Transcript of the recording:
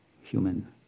human